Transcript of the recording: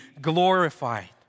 glorified